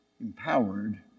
empowered